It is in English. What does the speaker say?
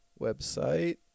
website